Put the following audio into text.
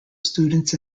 students